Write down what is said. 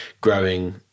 growing